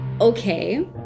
okay